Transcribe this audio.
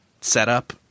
setup